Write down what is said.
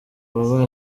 baba